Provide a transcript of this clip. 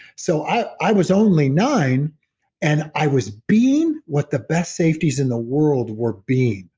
so i i was only nine and i was being what the best safeties in the world were being.